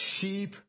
sheep